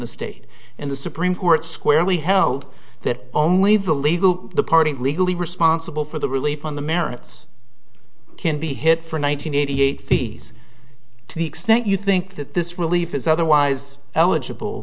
the state and the supreme court squarely held that only the legal the party legally responsible for the relief on the merits can be hit for nine hundred eighty eight fees to the extent you think that this relief is otherwise eligible